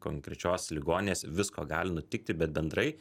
konkrečios ligoninės visko gali nutikti bet bendrai